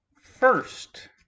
first